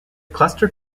cluster